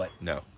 No